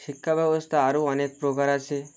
শিক্ষাব ব্যবস্থা আরও অনেক প্রকার আছে